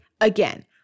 again